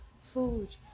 food